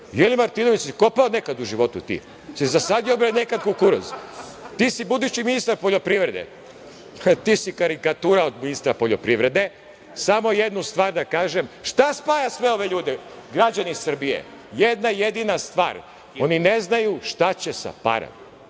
Je li, Martinoviću, jesi li kopao nekada u životu ti? Jesi li zasadio nekada kukuruz? Ti si budući ministar poljoprivrede. Ti si karikatura od ministra poljoprivrede. Samo jednu stvar da kažem – šta spaja sve ove ljude, građani Srbije? Jedna jedina stvar. Oni ne znaju šta će sa parama.